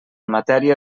matèria